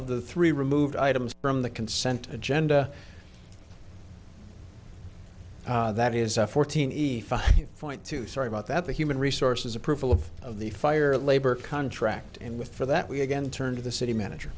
of the three removed items from the consent agenda that is a fourteen point two sorry about that the human resources approval of the fire labor contract and with for that we again turn to the city manager